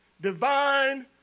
divine